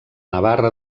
navarra